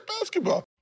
basketball